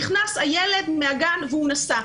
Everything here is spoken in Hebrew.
נכנס הילד מהגן והוא נשא.